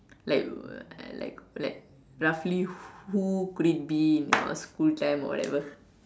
like like like roughly who could it be in your school time or whatever